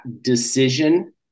decision